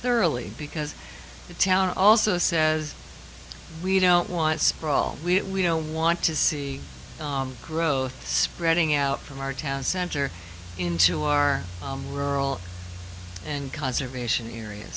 thoroughly because the town also says we don't want sprawl we don't want to see growth spreading out from our town center into our rural and conservation areas